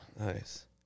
Nice